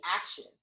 action